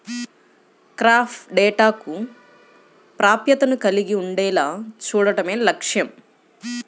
crop డేటాకు ప్రాప్యతను కలిగి ఉండేలా చూడడమే లక్ష్యం